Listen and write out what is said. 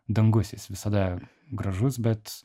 dangus jis visada gražus bet